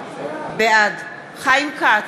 בעד חיים כץ,